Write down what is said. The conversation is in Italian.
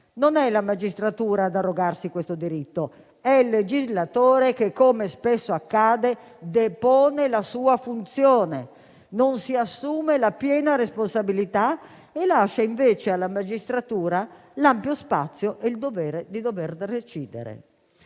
Non è la magistratura ad arrogarsi questo diritto, è il legislatore che, come spesso accade, depone la sua funzione, non si assume la piena responsabilità e lascia invece alla magistratura ampio spazio e il dovere di decidere.